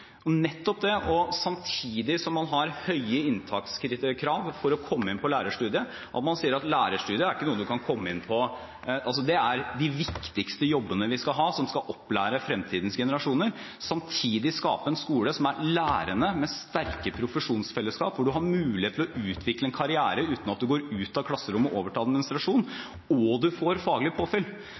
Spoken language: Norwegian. man har høye inntakskrav for å komme inn på lærerstudiet – lærerstudiet er ikke noe man skal kunne komme enkelt inn på, siden dette er av de viktigste jobbene vi har hvor man skal lære opp fremtidens generasjoner – samtidig som man skaper en skole som er lærende, med sterke profesjonsfellesskap, hvor man har mulighet til å utvikle en karriere uten at man går ut av klasserommet og over til administrasjon, og hvor man får faglig påfyll